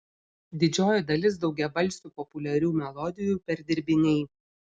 didžioji dalis daugiabalsių populiarių melodijų perdirbiniai